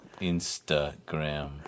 Instagram